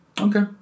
Okay